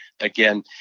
again